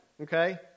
Okay